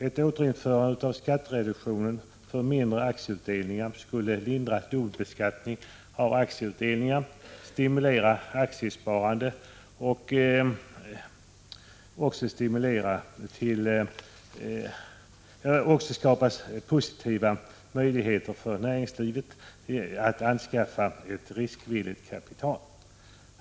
Ett återinförande av skattereduktionen för mindre aktieutdelningar skulle lindra dubbelbeskattningen av aktieutdelningar, stimulera aktiesparande och också skapa möjligheter för näringslivet att anskaffa riskvilligt kapital.